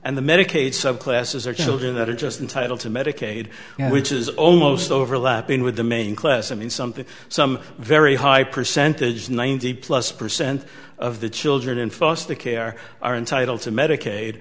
and the medicaid sub classes are children that are just entitle to medicaid which is almost overlapping with the main class i mean something some very high percentage ninety plus percent of the children in foster care are entitled to